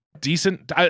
decent